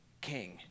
king